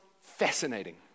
fascinating